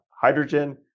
hydrogen